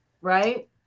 right